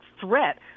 threat